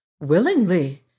Willingly